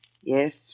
Yes